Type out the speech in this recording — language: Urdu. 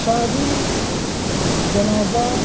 شادی جنازہ